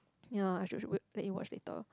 ya I should should wait let you watch later